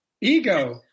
Ego